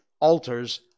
alters